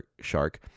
shark